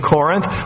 Corinth